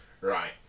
Right